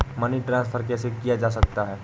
Money transfer कैसे किया जा सकता है?